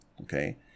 okay